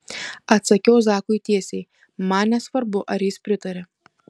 atsakiau zakui tiesiai man nesvarbu ar jis pritaria